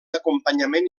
acompanyament